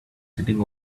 sitting